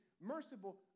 merciful